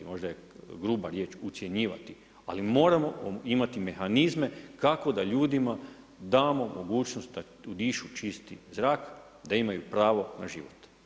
Možda je gruba riječ ucjenjivati, ali moramo imati mehanizme kako da ljudima damo mogućnost da udišu čisti zrak, da imaju pravo na život.